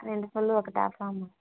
రెండు బళ్ళు ఒక ప్లాట్ఫార్మ్